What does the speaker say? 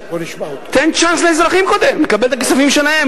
תן צ'אנס לאזרחים קודם לקבל את הכספים שלהם,